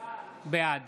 בעד